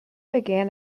began